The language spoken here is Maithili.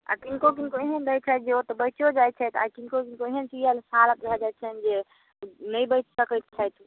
आ किनको किनको एहन रहैत छथि जे ओ तऽ बचिओ जाइत छथि आ किनको किनको एहन सीरियस हालत भए जाइत छनि जे नहि बचि सकैत छथि